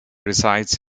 resides